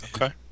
Okay